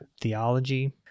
Theology